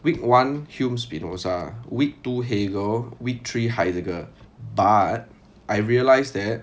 week one hume spinoza week two hegel week three heidegger but I realise that